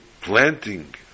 planting